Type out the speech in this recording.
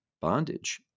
bondage